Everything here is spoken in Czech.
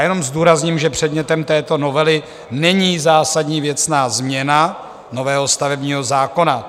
Jenom zdůrazním, že předmětem této novely není zásadní věcná změna nového stavebního zákona.